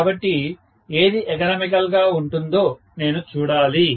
కాబట్టి ఏది ఎకనామికల్ గా ఉంటుందో నేను చూడాలి